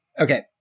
okay